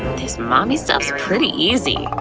this mommy stuff's pretty easy!